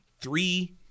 three